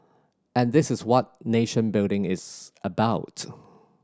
and this is what nation building is about